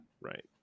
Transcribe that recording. Right